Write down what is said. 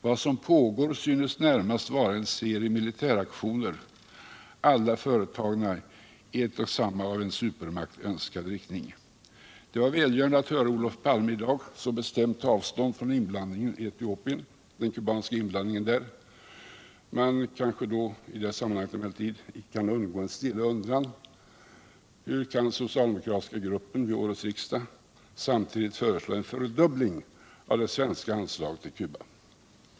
Vad som pågår synes närmast vara en serie militäraktioner, alla företagna i en och samma av en supermakt önskade riktning. Det var välgörande att höra Olof Palme i dag så bestämt ta avstånd från den kubanska inblandningen i Etiopien. Man kan emellertid då inte undgå en stilla undran: Hur kan den socialdemokratiska gruppen vid årets riksdag samtidigt föreslå en fördubbling av det svenska anslaget till Cuba?